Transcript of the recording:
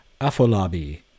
Afolabi